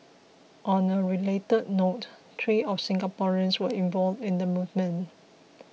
on a related note three of Singaporeans were involved in the movement